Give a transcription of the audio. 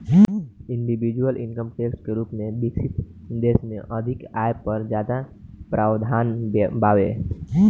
individual income tax के रूप में विकसित देश में अधिक आय पर ज्यादा प्रावधान बावे